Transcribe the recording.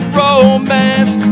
romance